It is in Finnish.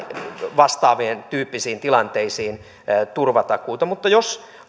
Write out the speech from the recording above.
vastaavien tyyppisiin tilanteisiin turvatakuuta mutta jos